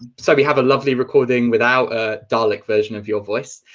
so we have a lovely recording without a dalek version of your voice!